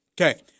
Okay